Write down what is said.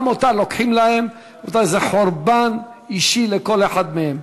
גם אותה לוקחים להם, זה חורבן אישי לכל אחד מהם.